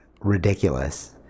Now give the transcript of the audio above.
ridiculous